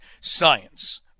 science